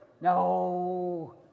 No